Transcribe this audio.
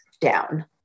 down